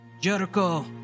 Jericho